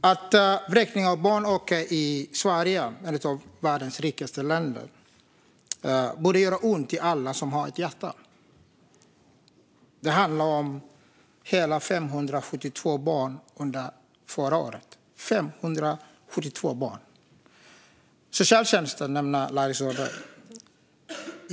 Att vräkningarna av barn ökar i Sverige, ett av världens rikaste länder, borde göra ont i alla som har ett hjärta. Det handlade under förra året om hela 572 barn. Larry Söder nämner socialtjänsten.